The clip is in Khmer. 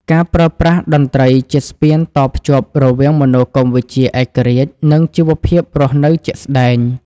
ការប្រើប្រាស់តន្ត្រីជាស្ពានតភ្ជាប់រវាងមនោគមវិជ្ជាឯករាជ្យ និងជីវភាពរស់នៅជាក់ស្តែង